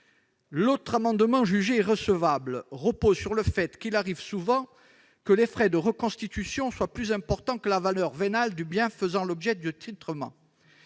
l'autre amendement, qui a été jugé irrecevable, reposent sur le fait qu'il arrive souvent que les frais de reconstitution soient plus importants que la valeur vénale du bien faisant l'objet du titrement.